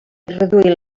reduir